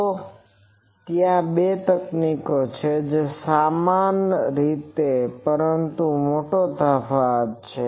તો ત્યાં બે તકનીકો છે જે સમાન છે પરંતુ તેમાં મોટો તફાવત છે